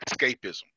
escapism